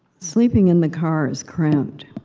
sleeping in the car is cramped.